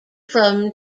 from